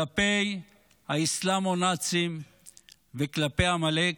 כלפי האסלאם או הנאצים וכלפי עמלק,